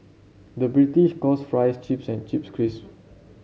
the British calls fries chips and chips cris